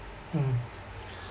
mm